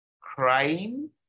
crying